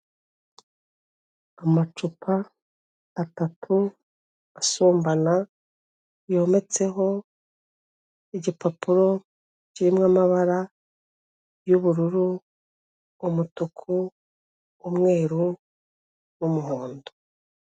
Amacupa atatu asumbana, yometseho igipapuro kirimo amabara y'ubururu, umutuku, umweru n'umuhondo.